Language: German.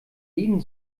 jeden